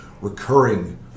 recurring